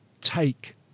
take